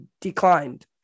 declined